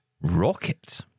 Rocket